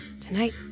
tonight